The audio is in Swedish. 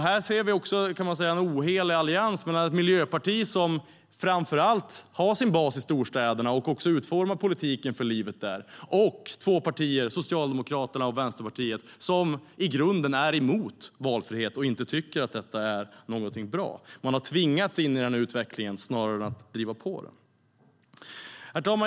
Här ser vi också en ohelig allians mellan Miljöpartiet, som har sin bas framför allt i storstäderna och utformar sin politik för tillvaron där, och två partier - Socialdemokraterna och Vänsterpartiet - som i grunden är emot valfrihet och inte tycker att den är bra. Man har tvingats in i den utvecklingen snarare än att driva på den. Herr talman!